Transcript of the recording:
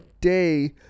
day